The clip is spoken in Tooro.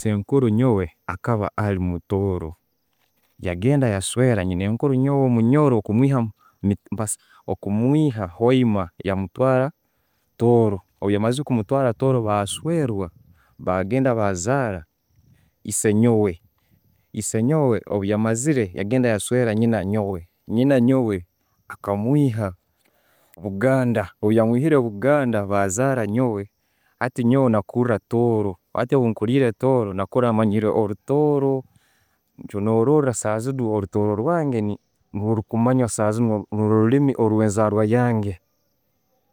Esenkuru nyoowe akaaba ali mutooro, yagenda yaswera nyinenkuuru nyoowe omunyoro okumwiha okumwiha hoima yamutwara tooro. Bweyamazire kumutwara tooro baswera, bagenda bazaara esenyowe. Esenyowe obweyamazire, yagenda yaswera nyina nyowe. Nyina nyowe akamwiha buganda. Obweyamwihire buganda, bazaara nyonwe hati nyonwe nakura tooro. Hati bwenkurire tooro, nakura manyire orutooro nikyo norora saahazino orutooro rwange nirwonkumanya sahazino, ni rwo oruliimi orwenzarwa yange.